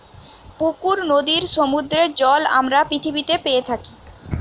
পুকুর, নদীর, সমুদ্রের জল আমরা পৃথিবীতে পেয়ে থাকি